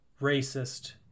racist